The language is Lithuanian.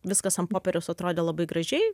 viskas ant popieriaus atrodė labai gražiai